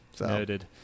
Noted